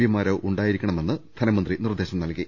പിമാരോ ഉണ്ടായിരിക്കണമെന്ന് ധനമന്ത്രി നിർദേശം നൽകി